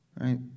Right